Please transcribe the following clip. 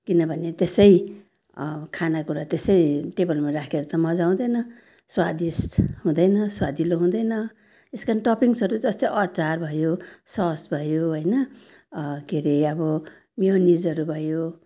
किनभने त्यसै खानेकुरा त्यसै टेबलमा राखेर त मज्जा आउँदैन स्वादिष्ठ हुँदैन स्वादिलो हुँदैन यस कारण टपिङ्सहरू जस्तै अचार भयो सस भयो होइन के हरे अब मियोनिजहरू भयो